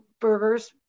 burgers